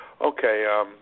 Okay